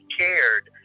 cared